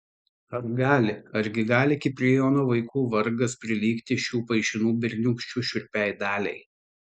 ar gali argi gali kiprijono vaikų vargas prilygti šių paišinų berniūkščių šiurpiai daliai